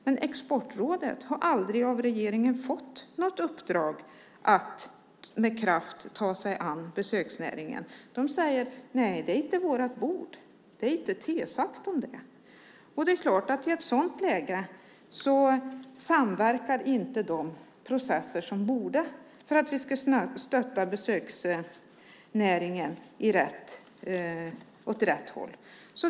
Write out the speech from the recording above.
Men Exportrådet har aldrig fått något uppdrag av regeringen att med kraft ta sig an besöksnäringen. Där säger man: Nej, det är inte vårt bord. Det är inte tillsagt om det. Det är klart att i ett sådant läge samverkar inte de processer som borde samverka för att vi ska stötta besöksnäringen åt rätt håll.